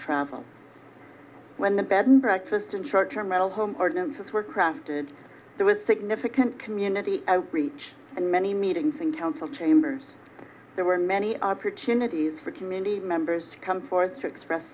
travel when the bed and breakfast and short term rental home ordinances were crafted there was significant community outreach and many meetings in council chambers there were many opportunities for community members to come forth to express